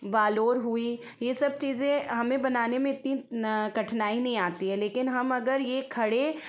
बालोर हुई ये सब चीज़ें हमें बनाने में इतनी कठिनाई नहीं आती है लेकिन हम अगर ये खड़े